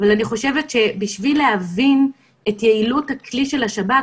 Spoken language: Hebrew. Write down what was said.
אבל אני חושבת שבשביל להבין את יעילות הכלי של השב"כ,